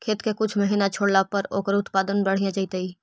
खेत के कुछ महिना छोड़ला पर ओकर उत्पादन बढ़िया जैतइ?